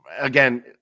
Again